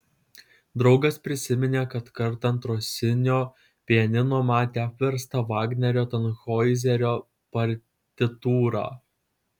draugas prisiminė kad kartą ant rosinio pianino matė apverstą vagnerio tanhoizerio partitūrą